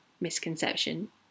misconception